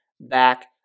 back